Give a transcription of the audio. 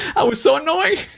i was so annoying.